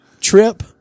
trip